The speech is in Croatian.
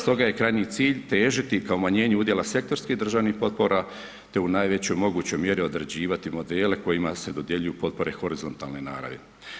Stoga je krajnji cilj težiti ka umanjenju udjela sektorskih državnih potpora te u najvećoj mogućoj mjeri odrađivati modele kojima se dodjeljuju potpore horizontalne naravi.